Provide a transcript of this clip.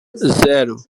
zero